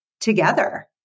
together